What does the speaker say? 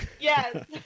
Yes